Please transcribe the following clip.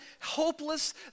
hopeless